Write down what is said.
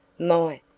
my!